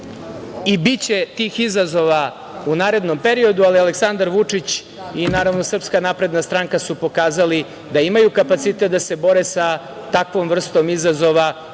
i biće tih izazova u narednom periodu, ali Aleksandar Vučić i Srpska napredna stranka su pokazali da imaju kapacitet da se bore sa takvom vrstom izazova